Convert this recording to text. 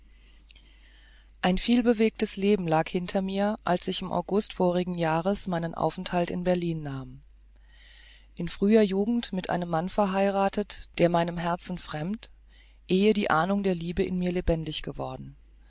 ein vielbewegtes leben lag hinter mir als ich im august vorigen jahres meinen aufenthalt in berlin nahm in früher jugend mit einem manne verheirathet der meinem herzen fremd ehe die ahnung der liebe in mir lebendig geworden